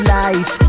life